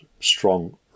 strong